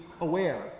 aware